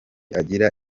agira